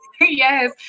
Yes